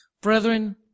Brethren